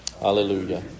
Hallelujah